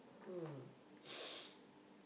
um